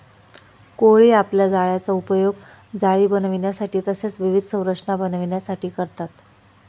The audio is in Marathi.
कोळी आपल्या जाळ्याचा उपयोग जाळी बनविण्यासाठी तसेच विविध संरचना बनविण्यासाठी करतात